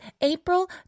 April